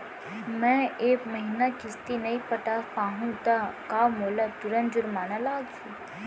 मैं ए महीना किस्ती नई पटा पाहू त का मोला तुरंत जुर्माना लागही?